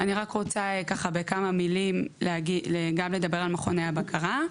אני רק רוצה בכמה מילים גם לדבר על מכוני הבקרה,